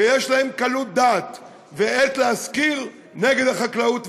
שיש להם קלות דעת ועט להשכיר נגד החקלאות וההתיישבות.